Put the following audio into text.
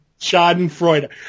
Schadenfreude